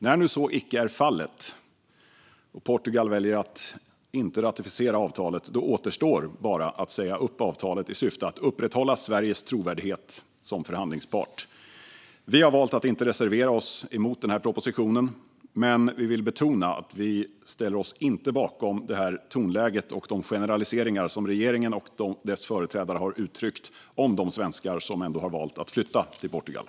När nu så icke är fallet och Portugal väljer att inte ratificera avtalet återstår bara att säga upp avtalet i syfte att upprätthålla Sveriges trovärdighet som förhandlingspart. Vi har valt att inte reservera oss emot propositionen, men vi vill betona att vi inte ställer oss bakom det tonläge och de generaliseringar som regeringen och dess företrädare har uttryckt om de svenskar som ändå har valt att flytta till Portugal.